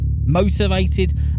motivated